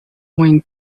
going